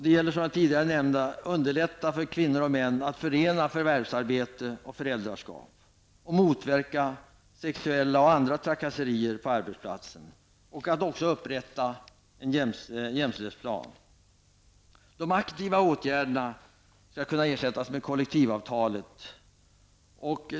Det gäller, som jag tidigare nämnde, att underlätta för kvinnor och män att förena förvärvsarbete och föräldraskap, motverka sexuella och andra trakasserier på arbetsplatsen och att upprätta en jämställdhetsplan. De aktiva åtgärderna skall kunna ersättas med kollektivavtal.